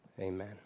amen